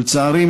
ולצערי,